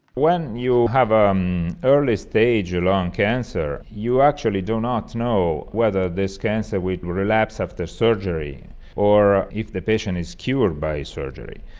when you have ah um early-stage lung cancer you actually do not know whether this cancer will relapse after surgery or if the patient is cured by surgery.